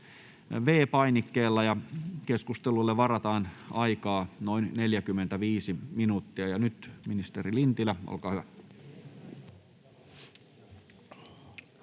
V-painikkeella. Keskustelulle varataan aikaa noin 45 minuuttia. — Nyt ministeri Lintilä, olkaa hyvä.